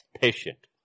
patient